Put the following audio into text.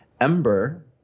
Ember